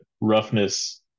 roughness